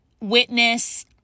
witness